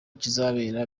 kizabera